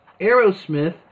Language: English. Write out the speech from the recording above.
Aerosmith